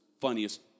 funniest